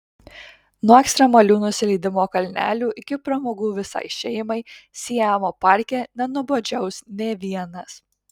nuo ekstremalių nusileidimo kalnelių iki pramogų visai šeimai siamo parke nenuobodžiaus nė vienas